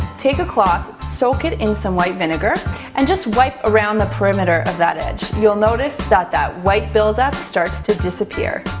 take a cloth, soak it in some white vinegar and just wipe around the perimeter of that edge. you'll notice that that white buildup starts to disappear.